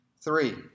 Three